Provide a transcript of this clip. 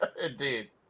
Indeed